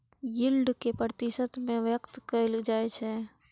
yield कें प्रतिशत मे व्यक्त कैल जाइ छै